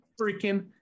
freaking